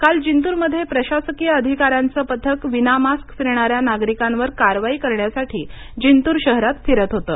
काल जिंतूरमध्ये प्रशासकीय अधिकाऱ्यांचं पथक विनामास्क फिरणा या नागरिकांवर कारवाई करण्यासाठी जिंतूर शहरात फिरत होतं